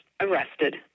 arrested